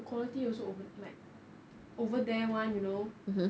the quality also ov~ like over there [one] you know